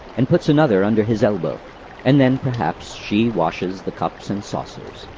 and puts another under his elbow and then perhaps, she washes the cups and saucers.